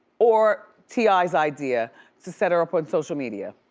or ti's idea to set her up on social media?